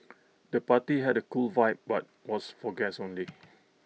the party had A cool vibe but was for guests only